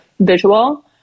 visual